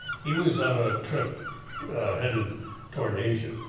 he was on a trip headed towards asia.